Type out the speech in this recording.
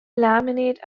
laminate